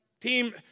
Team